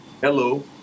Hello